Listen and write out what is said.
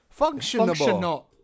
functionable